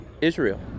Israel